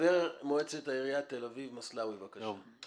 חבר מועצת עירית תל אביב מסלאוי בבקשה.